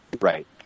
right